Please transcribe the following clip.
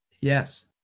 Yes